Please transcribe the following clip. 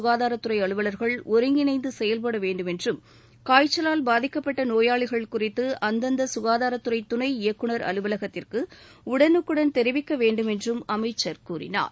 ககாதாரத்துறை அலுவலர்கள் ஒருங்கிணைந்து செயல்பட வேண்டுமென்றும் காய்ச்சலால் பாதிக்கப்பட்ட நோயாளிகள் குறித்து அந்தந்த சுகாதாரத்துறை துணை இயக்குநர் அலுவலகத்திற்கு உடனுக்குடன் தெரிவிக்க வேண்டுமென்றும் அமைச்சர் கூறினார்